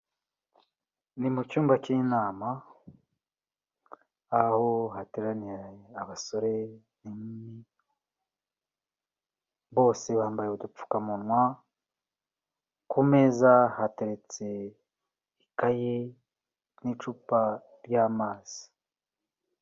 Ni mu cyumba cy'inama, aho hateraniye abasore n'inkumi bose bambaye udupfukamunwa, ku meza hateretse ikaye n'icupa ry'amazi.